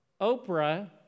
Oprah